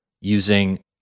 using